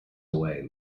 away